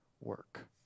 work